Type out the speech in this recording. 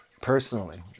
personally